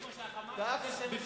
זה בדיוק מה שה"חמאס" עושה שבע שנים.